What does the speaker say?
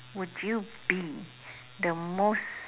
would you be the most